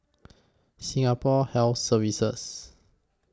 Singapore Health Services